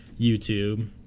YouTube